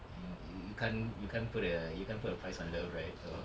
mm yo~ you can't you can't put a you can't put a price on love right though